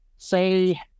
Say